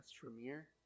Premiere